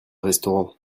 restaurant